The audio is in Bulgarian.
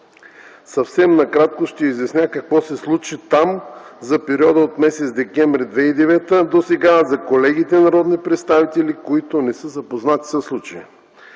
Съвсем накратко ще изясня какво се случи там за периода от м. декември 2009 досега за колегите народни представители, които не са запознати със случая.